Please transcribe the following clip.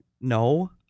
no